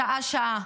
שעה-שעה,